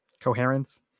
coherence